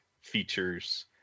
features